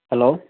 hello